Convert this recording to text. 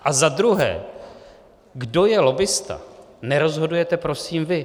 A za druhé, kdo je lobbista, nerozhodujete prosím vy.